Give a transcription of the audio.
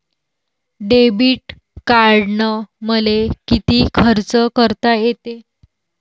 Debit कार्डानं मले किती खर्च करता येते?